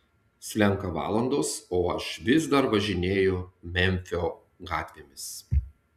slenka valandos o aš vis dar važinėju memfio gatvėmis